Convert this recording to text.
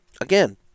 Again